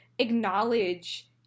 acknowledge